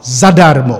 Zadarmo!